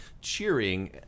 cheering